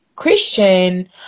christian